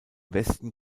westen